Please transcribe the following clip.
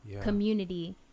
community